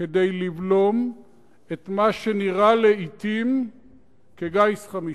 כדי לבלום את מה שנראה לעתים כגיס חמישי.